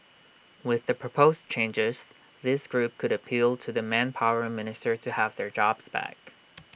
with the proposed changes this group could appeal to the manpower minister to have their jobs back